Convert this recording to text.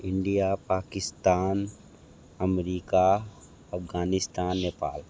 India Pakistan America Afghanistan Nepal